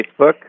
Facebook